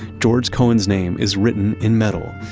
george cohen's name is written in metal,